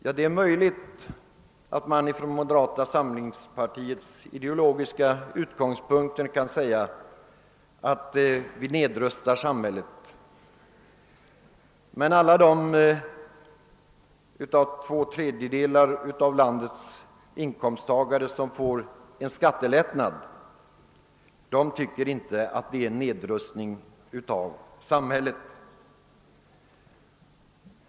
Ja, det är möjligt att man från moderata sam lingspartiets ideologiska utgångspunkter kan säga att vi nedrustar samhället, men de två tredjedelar av landets inkomsttagare som får en skattelättnad tycker inte att det är en nedrustning av samhället.